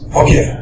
okay